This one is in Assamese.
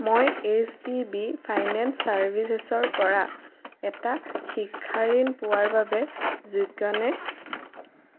মই এইচ ডি বি ফাইনেন্স চাৰ্ভিচেছৰ পৰা এটা শিক্ষা ঋণ পোৱাৰ বাবে যোগ্য নে